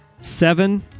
Seven